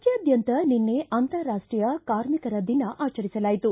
ರಾಜ್ಙಾದ್ಯಂತ ನಿನ್ನೆ ಅಂತಾರಾಷ್ಷೀಯ ಕಾರ್ಮಿಕರ ದಿನ ಆಚರಿಸಲಾಯಿತು